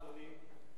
אדוני,